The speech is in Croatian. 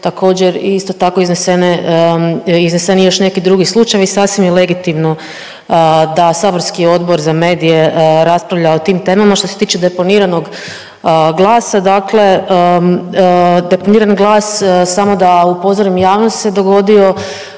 također isto tako iznesene, izneseni i još neki drugi slučajevi. Sasvim je legitimno da saborski Odbor za medije raspravlja o tim temama. Što se tiče deponiranog glasa, dakle deponirani glas, samo da upozorim javnost, se dogodio